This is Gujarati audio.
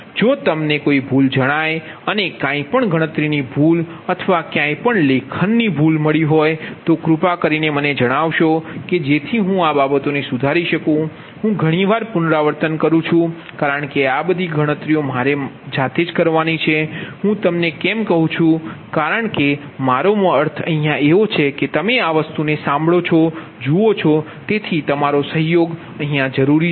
તેથી જો તમને કોઈ ભૂલ જણાય અને કાંઈ પણ ગણતરીની ભૂલ અથવા ક્યાંય પણ લેખનની ભૂલ મળી હોય તો કૃપા કરીને મને જણાવો કે જેથી હું આ બાબતોને સુધારી શકું હું ઘણી વાર પુનરાવર્તન કરું છું કારણ કે આ બધી ગણતરીઓ મારે મારી જ કરવાની છે અને હું તમને કેમ કહું છું મારો અર્થ છે કે જ્યારે તમે આ સાંભળો ત્યારે તમારો સહયોગ જરૂરી છે